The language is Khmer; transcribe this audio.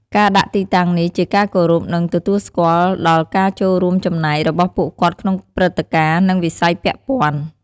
ការដាក់ទីតាំងនេះជាការគោរព និងទទួលស្គាល់ដល់ការចូលរួមចំណែករបស់ពួកគាត់ក្នុងព្រឹត្តិការណ៍ និងវិស័យពាក់ព័ន្ធ។